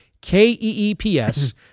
K-E-E-P-S